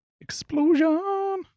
explosion